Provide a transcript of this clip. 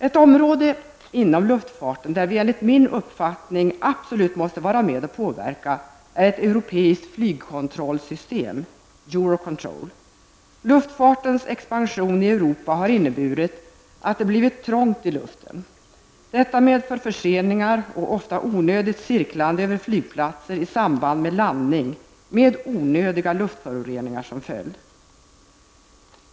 Ett område inom luftfarten där vi enligt min uppfattning absolut måste vara med och påverka är ett europeiskt flygkontrollsystem, Eurocontrol. Luftfartens expansion i Europa har inneburit att det blivit trångt i luften. Detta medför förseningar och ofta onödigt cirklande över flygplatser i samband med landning med onödiga luftföroreningar som följd.